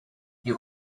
you